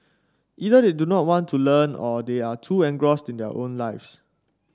either they do not want to learn or they are too engrossed in their own lives